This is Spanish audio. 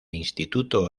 instituto